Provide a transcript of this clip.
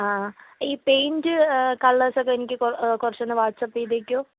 ആ ഈ പെയിൻറ്റ് കളർസൊക്കെ എനിക്ക് കുറച്ചൊന്ന് വാട്സാപ്പ് ചെയ്തേക്കാമോ